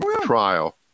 trial